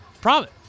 promise